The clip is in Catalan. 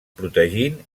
protegint